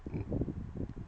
mm